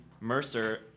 Mercer